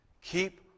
Keep